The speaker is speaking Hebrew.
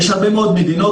יש הרבה מאוד מדינות,